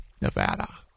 Nevada